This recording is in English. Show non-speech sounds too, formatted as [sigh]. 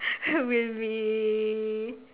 [laughs] will be